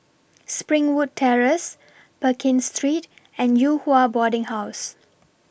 Springwood Terrace Pekin Street and Yew Hua Boarding House